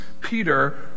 Peter